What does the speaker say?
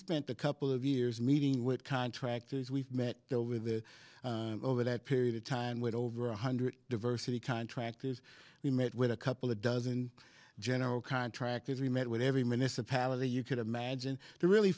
spent a couple of years meeting with contractors we've met over the over that period of time with over one hundred diversity contractors we met with a couple of dozen general contractors we met with every minister palaver you could imagine to really